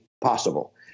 possible